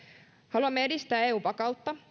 haluamme edistää eun vakautta